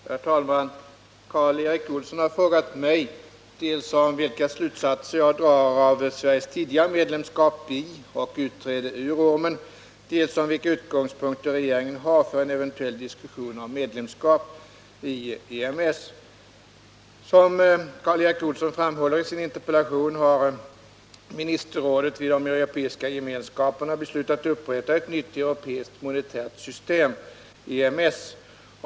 Herr talman! Karl Erik Olsson har frågat mig dels om vilka slutsatser jag drar av Sveriges tidigare medlemskap i och utträde ur ormen, dels om vilka utgångspunkter regeringen har för en eventuell diskussion om medlemskap i EMS. Som Karl Erik Olsson framhåller i sin interpellation har Ministerrådet vid de Europeiska Gemenskaperna beslutat upprätta ett nytt europeiskt monetärt system .